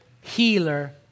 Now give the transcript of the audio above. Healer